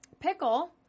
pickle